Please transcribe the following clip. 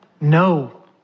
No